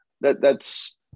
That—that's